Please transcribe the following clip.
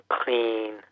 clean